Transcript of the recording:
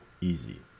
easy